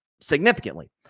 significantly